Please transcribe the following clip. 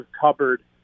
cupboard